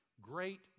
great